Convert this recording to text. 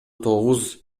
тогуз